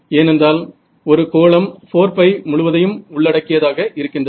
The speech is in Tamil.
ஏனென்றால் ஒரு கோளம் 4π முழுவதையும் உள்ளடக்கியதாக இருக்கின்றது